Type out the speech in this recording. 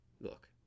look